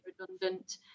redundant